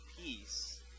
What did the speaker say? peace